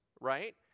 right